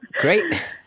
Great